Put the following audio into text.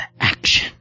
action